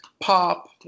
pop